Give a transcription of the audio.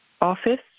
Office